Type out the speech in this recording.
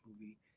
movie